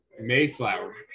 Mayflower